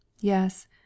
Yes